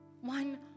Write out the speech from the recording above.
one